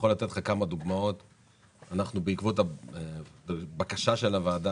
בעקבות הבקשה של הוועדה,